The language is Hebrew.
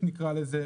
בתל אביב לא חסרים,